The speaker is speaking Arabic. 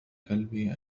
كلبي